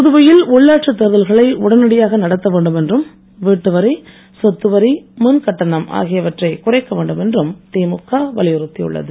புதுவையில் உள்ளாட்சித் தேர்தல்களை உடனடியாக நடத்த வேண்டும் என்றும் வீட்டுவரி சொத்துவரி மின்கட்டணம் ஆகியவற்றை குறைக்க வேண்டும் என்றும் திமுக வலியுறுத்தியுள்ளது